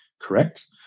correct